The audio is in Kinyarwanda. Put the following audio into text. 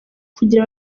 kugira